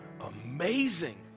amazing